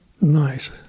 nice